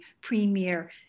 premier